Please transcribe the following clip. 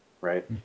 right